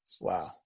Wow